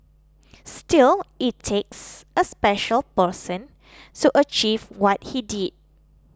still it takes a special person so achieve what he did